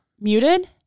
muted